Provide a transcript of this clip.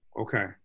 Okay